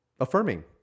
affirming